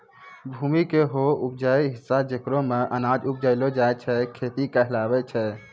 भूमि के हौ उपजाऊ हिस्सा जेकरा मॅ अनाज उपजैलो जाय छै खेत कहलावै छै